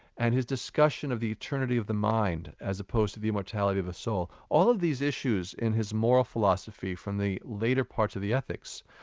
and his discussion of the eternity of the mind as opposed to the immortality of the soul, all of these issues in his moral philosophy from the later parts of the ethics,